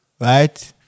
right